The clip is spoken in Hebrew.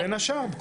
בין השאר.